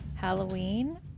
Halloween